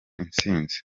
intsinzi